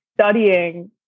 studying